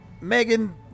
Megan